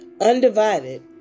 undivided